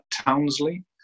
Townsley